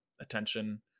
attention